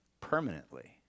permanently